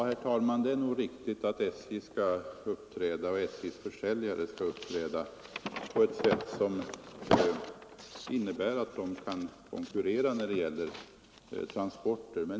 Herr talman! Det är riktigt att SJ och SJ:s försäljare skall uppträda på ett sätt som innebär att SJ kan konkurrera om transporter.